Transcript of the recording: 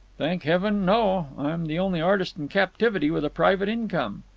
thank heaven, no. i'm the only artist in captivity with a private income.